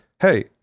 Hey